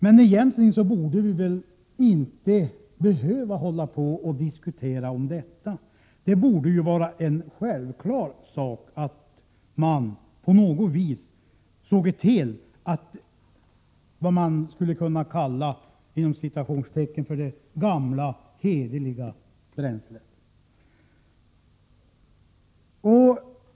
Men egentligen borde vi inte behöva diskutera om detta. Det borde vara en självklarhet att det ”gamla hederliga bränslet” återinfördes.